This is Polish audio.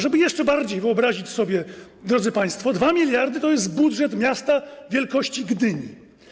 Żeby jeszcze lepiej wyobrazić sobie, drodzy państwo, 2 mld to jest budżet miasta wielkości Gdyni.